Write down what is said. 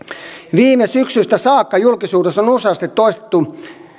viime syksystä saakka julkisuudessa on on useasti toistettu